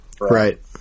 Right